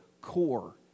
core